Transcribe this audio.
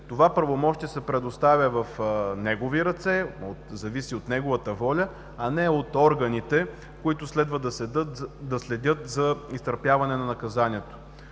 Това правомощие се предоставя в негови ръце, зависи от неговата воля, а не от органите, които следва да следят за изтърпяване на наказанието.